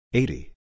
eighty